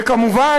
וכמובן,